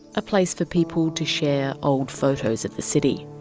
a place for people to share old photos of the city.